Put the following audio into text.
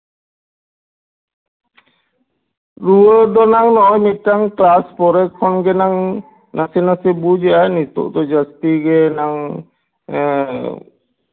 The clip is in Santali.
ᱨᱩᱣᱟᱹ ᱫᱚ ᱱᱟᱝ ᱱᱚᱜᱼᱚᱭ ᱢᱤᱫᱴᱟᱝ ᱠᱞᱟᱥ ᱯᱚᱨᱮ ᱠᱷᱚᱱᱟᱜ ᱜᱮ ᱱᱟᱥᱮᱼᱱᱟᱥᱮ ᱵᱩᱡᱮᱫ ᱟᱭ ᱱᱤᱛᱳᱜ ᱫᱚ ᱡᱟᱥᱛᱤ ᱜᱮ ᱱᱟᱝ